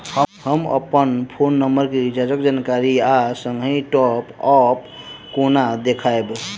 हम अप्पन phone number केँ रिचार्जक जानकारी आ संगहि टॉप अप कोना देखबै?